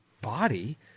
body